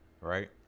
right